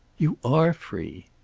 you are free.